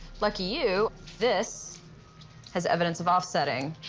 lucky you, this has evidence of offsetting,